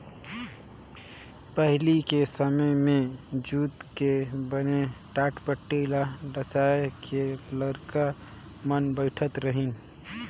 पहिली के समें मे जूट के बने टाटपटटी ल डसाए के लइका मन बइठारत रहिन